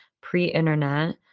pre-internet